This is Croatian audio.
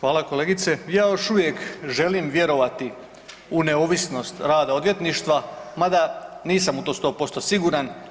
Hvala kolegice, ja još uvijek želim vjerovati u neovisnost rada odvjetništva mada nisam u to 100% siguran.